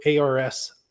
ARS